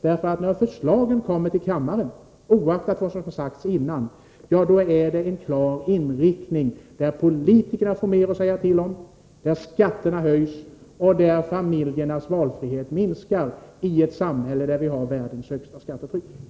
Oaktat vad som har sagts tidigare har förslagen när de kommer till kammaren en klar inriktning på att politikerna skall ha mer att säga till om, att skatterna höjs och att familjernas valfrihet minskar i ett samhälle med världens största skattetryck.